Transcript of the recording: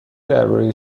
درباره